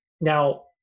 Now